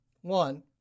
one